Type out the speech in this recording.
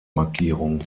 markierung